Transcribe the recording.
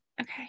Okay